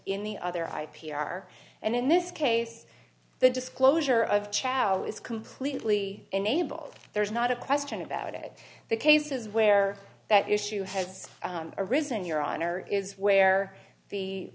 in the other i p r and in this case the disclosure of chalo is completely enabled there's not a question about it the cases where that issue has arisen your honor is where the